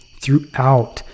throughout